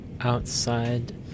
outside